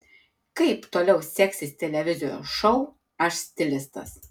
kaip toliau seksis televizijos šou aš stilistas